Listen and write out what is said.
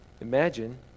Imagine